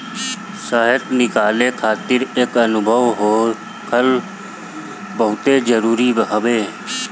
शहद निकाले खातिर एकर अनुभव होखल बहुते जरुरी हवे